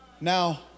Now